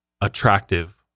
attractive